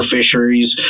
Fisheries